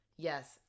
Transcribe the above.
Yes